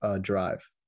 drive